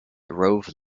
rove